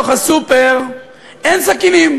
הסופר אין סכינים.